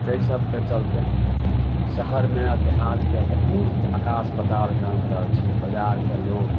तै सबके चलते शहरमे आओर देहातके बहुत आकाश पतालके अन्तर छै बजारके लोक